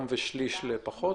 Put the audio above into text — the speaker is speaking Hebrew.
ושליש לפחות?